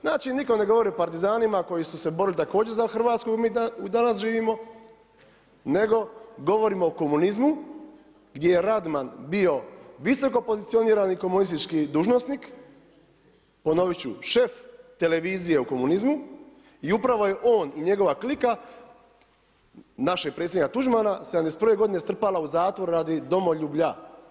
Znači nitko ne govori o Partizanima koji su se borili također za Hrvatsku u kojoj mi danas živimo, nego govorimo o komunizmu gdje je Radman bio visoko pozicioniran i komunistički dužnosnik, ponoviti ću šef televizije u komunizmu i upravo je on i njegova klika, našeg predsjednika Tuđmana '71. godine strpana u zatvor radi domoljublja.